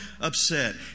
upset